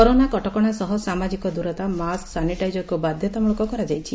corona କଟକଶା ସହ ସାମାଜିକ ଦୂରତା ମାସ୍କ ସାନିଟାଇଜରକୁ ବାଧ୍ଘତାମୂଳକ କରାଯାଇଛି